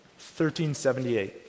1378